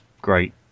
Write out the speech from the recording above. great